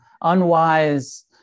unwise